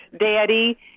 Daddy